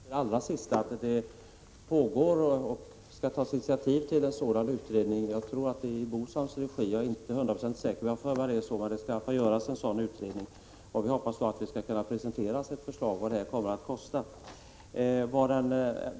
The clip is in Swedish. Herr talman! Jag tackar för den redogörelse kommunikationsministern gav i sitt senaste anförande. Till det allra sista kan jag säga att det skall tas initiativ till en sådan utredning. Jag vill minnas att den sker i BOSAM:s regi, även om jag inte är hundraprocentigt säker på det. Det skall i alla fall göras en sådan utredning, och vi hoppas att det skall kunna presenteras en uppgift om vad detta kommer att kosta.